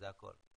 זה הכול?